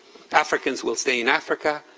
africans will stay in africa.